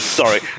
Sorry